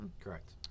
Correct